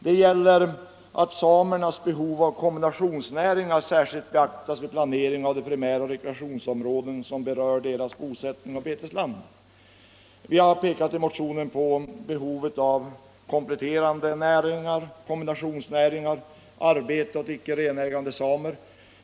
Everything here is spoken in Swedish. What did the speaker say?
Det gäller att samernas behov av kombinationsnäringar särskilt beaktas vid planering av de primära rekreationsområden som berör deras bosättning och betesland. Vi har i motionen pekat på behovet av kompletterande näringar, kombinationsnäringar och arbete åt icke renägande samer.